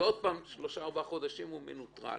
ועוד פעם שלושה-ארבעה חודשים הוא מנוטרל